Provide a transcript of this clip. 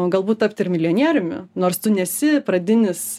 galbūt tapti ir milijonieriumi nors tu nesi pradinis